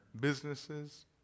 businesses